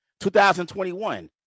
2021